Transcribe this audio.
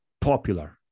popular